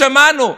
שמענו.